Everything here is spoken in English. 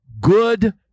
Good